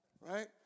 right